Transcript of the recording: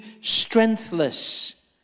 strengthless